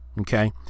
Okay